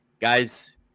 guys